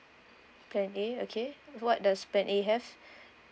plan A okay what does plan A have